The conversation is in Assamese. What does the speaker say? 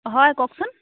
হয় কওকচোন